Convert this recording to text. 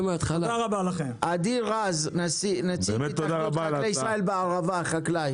עדי רז, נציג התאחדות חקלאי ישראל בערבה, חקלאי.